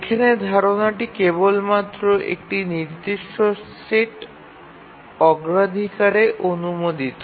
এখানে ধারণাটি কেবলমাত্র একটি নির্দিষ্ট সেট অগ্রাধিকার অনুমোদিত